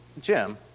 Jim